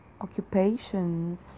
occupations